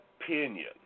opinion